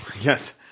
Yes